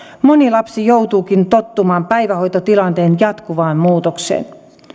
moni lapsi joutuukin tottumaan päivähoitotilanteen jatkuvaan muutokseen